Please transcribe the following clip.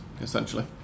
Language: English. essentially